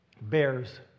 Bears